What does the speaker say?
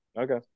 okay